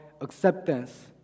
acceptance